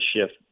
shift